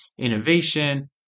innovation